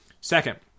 Second